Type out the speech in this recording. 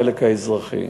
החלק האזרחי.